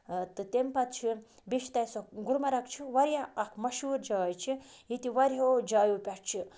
تہٕ تٔمۍ پَتہٕ چھُ بیٚیہِ چھِ تَتہِ سۄ گلمرگ چھُ واریاہ اَکھ مشہوٗر جاے چھِ ییٚتہِ واریاہو جایو پٮ۪ٹھ چھِ